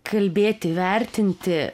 kalbėti vertinti